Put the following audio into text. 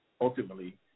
ultimately